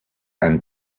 and